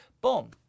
Boom